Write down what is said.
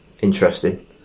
interesting